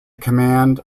command